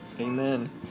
Amen